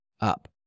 up